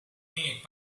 made